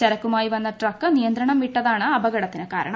ചരക്കുമായി വന്ന ട്രക്ക് നിയന്ത്രണം വിട്ടതാണ് അപകടത്തിനു കാരണം